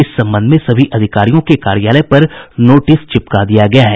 इस संबंध में सभी अधिकारियों के कार्यालय पर नोटिस चिपका दिया गया है